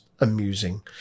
amusing